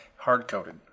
Hardcoded